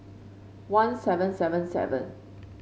one seven seven seven